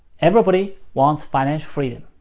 everybody wants financial freedom.